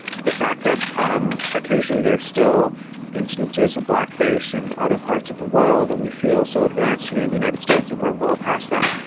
the fact that um occasionally there are still instances of blackface and other parts of the world and we feel so advanced here in the united states that we're well past that.